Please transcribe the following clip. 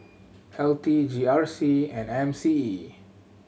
L T G R C and M C E